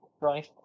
Right